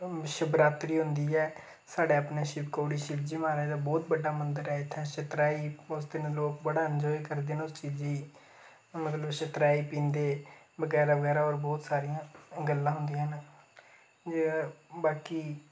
शिवरात्री होंदी ऐ साढ़ै अपनै शिवखोड़ी शिवजी महाराज दा बोह्त बड्डा मंदर ऐ इत्थै शतराई उस दिन लोक बड़ा अनजाए करदे न उस चीजै गी मतलब शतराई पींदे बगैरा बगैरा होर बोह्त सारियां गल्लां होंदियां न बाकी